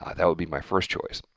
ah that would be my first choice.